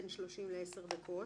בין 30 ל-10 דקות"